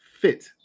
fit